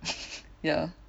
ya